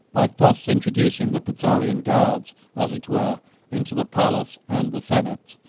by thus introducing the praetorian guards as it were into the palace and the senate,